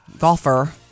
golfer